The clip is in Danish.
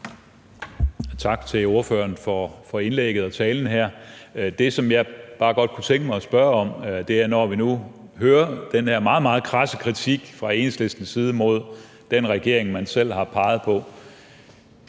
Tak til ordføreren for indlægget og talen her. Det, som jeg bare godt kunne tænke mig at spørge om, er: Når vi nu hører den her meget, meget krasse kritik fra Enhedslistens side af den regering, man selv har peget på,